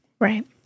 right